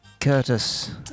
Curtis